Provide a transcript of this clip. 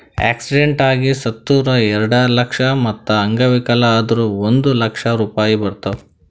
accident ಆಗಿ ಸತ್ತುರ್ ಎರೆಡ ಲಕ್ಷ, ಮತ್ತ ಅಂಗವಿಕಲ ಆದುರ್ ಒಂದ್ ಲಕ್ಷ ರೂಪಾಯಿ ಬರ್ತಾವ್